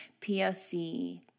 POC